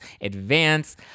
advance